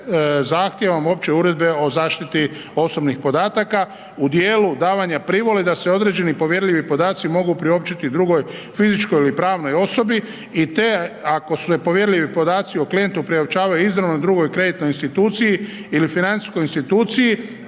zahtjev opće uredbe o zaštiti osobnih podataka u djelu davanja privole da se određeni povjerljivi podaci mogu priopćiti drugoj fizičkoj ili pravnoj osobi i to ako su povjerljivi podaci o klijentu priopćavaju izravnoj drugoj kreditnoj instituciji ili financijskoj instituciji